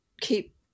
keep